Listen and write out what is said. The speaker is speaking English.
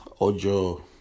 Ojo